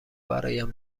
برایم